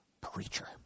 preacher